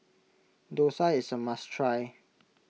Dosa is a must try